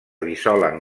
dissolen